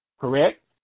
correct